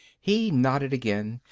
he nodded again,